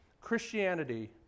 Christianity